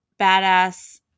badass